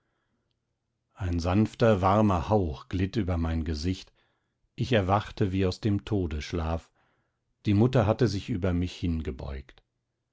ein sanfter warmer hauch glitt über mein gesicht ich erwachte wie aus dem todesschlaf die mutter hatte sich über mich hingebeugt